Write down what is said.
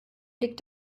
blick